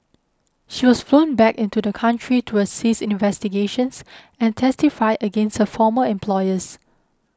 she was flown back into the country to assist in investigations and testify against her former employers